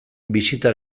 bisita